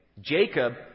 Jacob